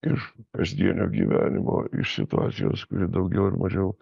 iš kasdienio gyvenimo iš situacijos kuri daugiau ar mažiau